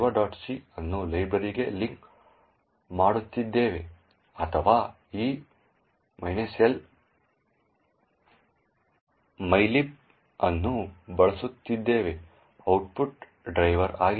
c ಅನ್ನು ಲೈಬ್ರರಿಗೆ link ಮಾಡುತ್ತಿದ್ದೇವೆ ಅಥವಾ ಈ L ಮೈಲಿಬ್ ಅನ್ನು ಬಳಸುತ್ತಿದ್ದೇವೆ ಔಟ್ಪುಟ್ ಡ್ರೈವರ್ ಆಗಿದೆ